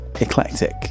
eclectic